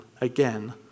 again